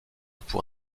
pour